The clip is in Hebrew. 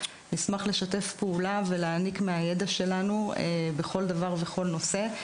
נשמח לשתף פעולה ולהעניק מהידע שלנו בכל דבר ובכל נושא.